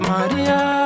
Maria